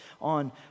on